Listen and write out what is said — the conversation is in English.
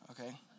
okay